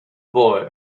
boy